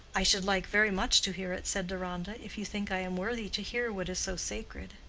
i should like very much to hear it, said deronda, if you think i am worthy to hear what is so sacred.